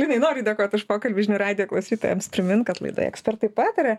linai noriu dėkot už pokalbį žinių radijo klausytojams primint kad laidoje ekspertai pataria